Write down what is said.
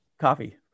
coffee